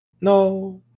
No